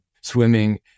swimming